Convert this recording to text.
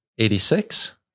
86